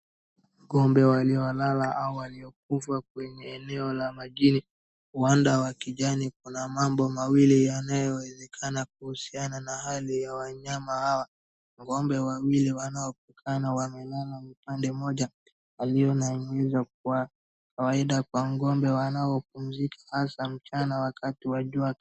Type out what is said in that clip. Ng'ombe waliolala au waliokufa kwenye eneo la Magini. Uwanda wa kijani kuna mambo mawili yanayowezekana kuhusiana na hali ya wa nyama hawa .Ng'ombe wawili wanaokutana wamelala upande mmoja walio nahimizwa kuwa waenda kwa ng'ombe wanapopumzika mchana wakati wa jua.